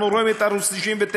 אנחנו רואים את ערוץ 99,